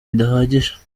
bidahagije